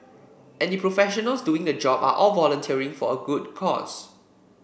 and the professionals doing the job are all volunteering for a good cause